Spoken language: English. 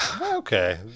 Okay